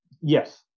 Yes